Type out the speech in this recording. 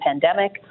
pandemic